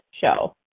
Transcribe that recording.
show